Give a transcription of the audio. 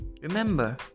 Remember